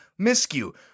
miscue